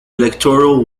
electoral